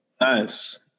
nice